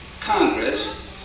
congress